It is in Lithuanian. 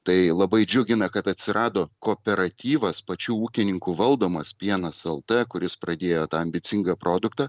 tai labai džiugina kad atsirado kooperatyvas pačių ūkininkų valdomas pienas lt kuris pradėjo tą ambicingą produktą